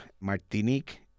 Martinique